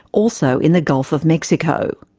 also in the gulf of mexico.